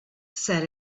said